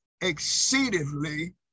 exceedingly